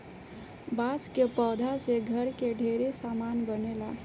बांस के पौधा से घर के ढेरे सामान बनेला